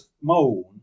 moon